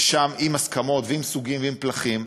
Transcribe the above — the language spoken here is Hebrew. עם הסכמות ועם סוגים ועם פלחים.